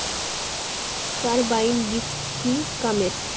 Carbine बीस की कमेर?